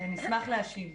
נשמח להשיב.